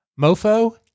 Mofo